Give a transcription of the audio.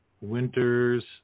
winters